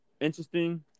interesting